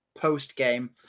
post-game